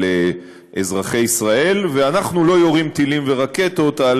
אזרחי ישראל ואנחנו לא יורים טילים ורקטות על